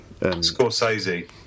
Scorsese